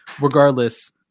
regardless